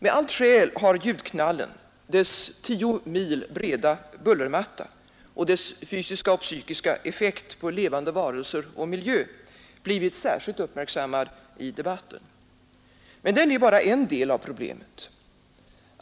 Med allt skäl har ljudknallen, dess tio mil breda bullermatta och dess fysiska och psykiska effekt på levande varelser och miljö, blivit särskilt uppmärksammad i debatten. Men den är bara en del av problemet.